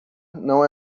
não